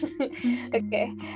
Okay